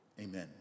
Amen